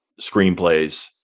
screenplays